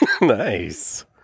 nice